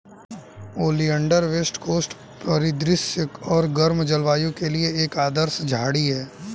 oleander west coast परिदृश्य और गर्म जलवायु के लिए एक आदर्श झाड़ी है